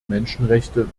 menschenrechte